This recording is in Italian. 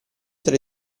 tra